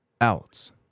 else